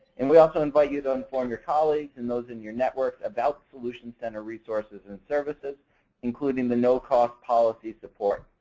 and we also invite you to inform your colleagues and those in your network about solutions center resources and services including the no-cost policy support.